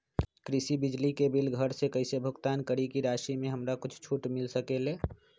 कृषि बिजली के बिल घर से कईसे भुगतान करी की राशि मे हमरा कुछ छूट मिल सकेले?